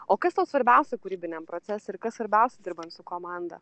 o kas tau svarbiausia kūrybiniam procesui ir kas svarbiausia dirbant su komanda